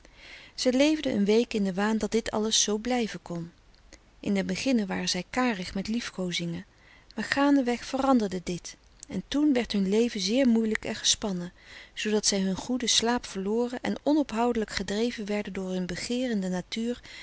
zij leefden een week in den waan dat dit alles zoo blijven kon in den beginne waren zij karig met liefkoozingen maar gaandeweg veranderde dit en toen frederik van eeden van de koele meren des doods werd hun leven zeer moeilijk en gespannen zoodat zij hun goeden slaap verloren en onophoudelijk gedreven werden door hun begeerende natuur